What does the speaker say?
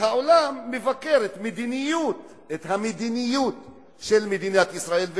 העולם מבקר את המדיניות של מדינת ישראל,